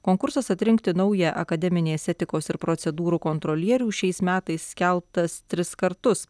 konkursas atrinkti naują akademinės etikos ir procedūrų kontrolierių šiais metais skelbtas tris kartus